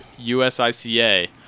USICA